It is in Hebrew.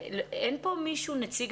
אני רוצה